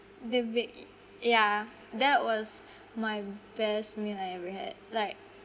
the baked yeah that was my best meal I ever had like